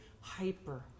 hyper